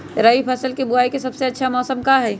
रबी फसल के बुआई के सबसे अच्छा समय का हई?